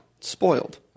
Spoiled